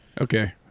Okay